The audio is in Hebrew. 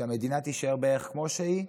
שהמדינה תישאר בערך כמו שהיא,